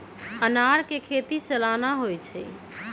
अनारकें खेति सलाना होइ छइ